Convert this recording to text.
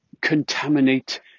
contaminate